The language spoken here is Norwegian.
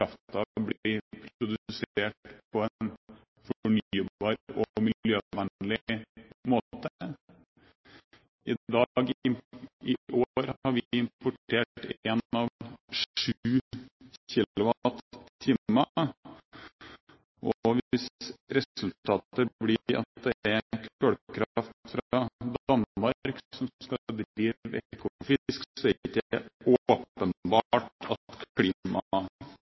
den kraften blir produsert på en fornybar og miljøvennlig måte. I år har vi importert 1 av 7 kilowatt-timer, og hvis resultatet blir at det er kullkraft fra Danmark som skal drive Ekofisk, er det ikke åpenbart at